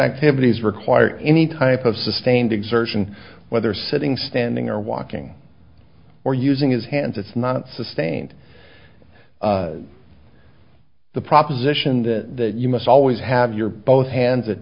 activities require any type of sustained exertion whether sitting standing or walking or using his hands it's not sustained the proposition that you must always have your both hands